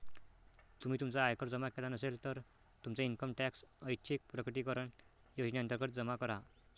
तुम्ही तुमचा आयकर जमा केला नसेल, तर तुमचा इन्कम टॅक्स ऐच्छिक प्रकटीकरण योजनेअंतर्गत जमा करा